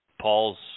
Paul's